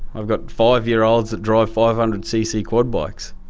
i've got five-year-olds that drive five hundred cc quad bikes,